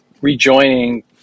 rejoining